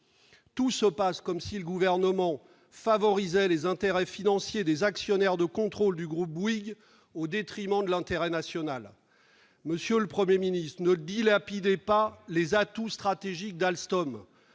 Tout se passe comme si le Gouvernement favorisait les intérêts financiers des actionnaires de contrôle du groupe Bouygues au détriment de l'intérêt national. Monsieur le Premier ministre, ne dilapidez pas les atouts stratégiques d'Alstom